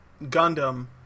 Gundam